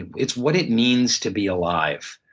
and it's what it means to be alive.